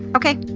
okay.